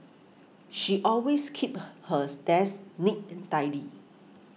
she always keeps hers desk neat and tidy